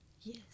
yes